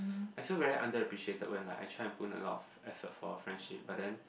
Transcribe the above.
I feel very under appreciated when like I try to put in a lot of effort for a friendship but then